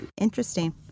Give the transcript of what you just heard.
Interesting